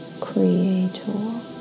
creator